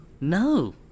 No